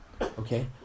okay